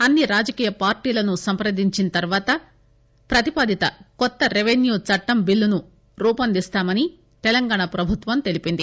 అన్సి రాజకీయ పార్టీలను సంప్రదించిన తరువాత ప్రతిపాదిత కొత్త రెవిన్యూ చట్టం బిల్లును రూపొందిస్తామని తెలంగాణ ప్రభుత్వం తెలిపింది